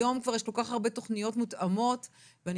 היום כבר יש כל כך הרבה תוכניות מותאמות ואני